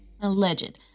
Alleged